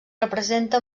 representa